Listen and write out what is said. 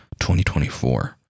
2024